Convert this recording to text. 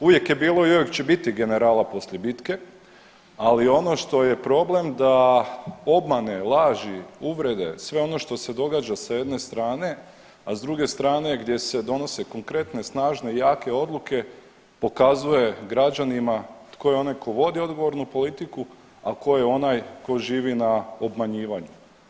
Uvijek je bilo i uvijek će biti generala poslije bitke, ali ono što je problem da obmane, laži, uvrede, sve ono što se događa sa jedne strane, a s druge strane gdje se donose konkretne, snažne i jake odluke pokazuje građanima tko je onaj tko vodi odgovornu politiku, a tko je onaj tko živi na obmanjivanju.